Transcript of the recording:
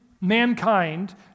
mankind